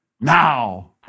now